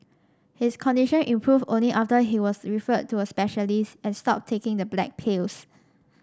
his condition improved only after he was referred to a specialist and stopped taking the black pills